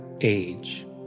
age